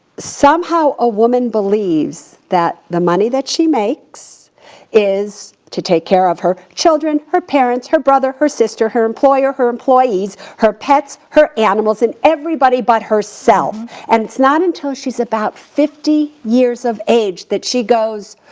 somehow a woman believes that the money that she makes is to take care of her children, her parents, her brother, her sister, her employer, her employees, her pets, her animals, and everybody but herself. and it's not until she's about fifty years of age that she goes,